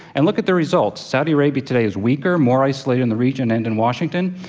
and look at the results. saudi arabia today is weaker, more isolated in the region and in washington,